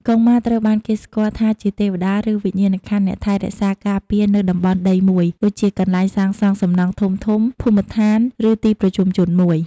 កុងម៉ាត្រូវបានគេស្គាល់ថាជាទេវតា ឬវិញ្ញាណក្ខន្ធអ្នកថែរក្សាការពារនៅតំបន់ដីមួយ ដូចជាកន្លែងសាងសង់សំណង់ធំៗ ភូមិឋាន ឬទីប្រជុំជនមួយ។